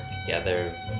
together